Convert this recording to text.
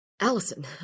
Allison